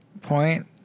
point